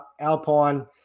Alpine